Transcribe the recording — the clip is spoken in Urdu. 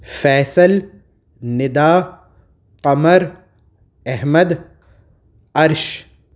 فیصل ندا قمر احمد عرش